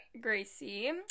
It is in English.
Gracie